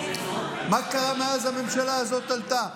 מה קרה מאז שהממשלה הזאת עלתה?